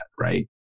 right